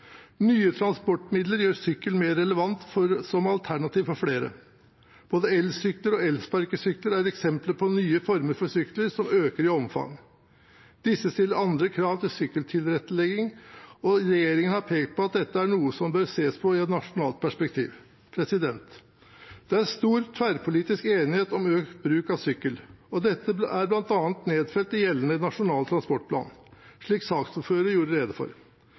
Nye transportmidler gjør sykkel mer relevant som alternativ for flere. Både elsykler og elsparkesykler er eksempler på nye former for sykler som øker i omfang. Disse stiller andre krav til sykkeltilrettelegging, og regjeringen har pekt på at dette er noe som bør ses på i et nasjonalt perspektiv. Det er stor tverrpolitisk enighet om økt bruk av sykkel. Dette er bl.a. nedfelt i gjeldende Nasjonal transportplan, slik saksordføreren gjorde rede for.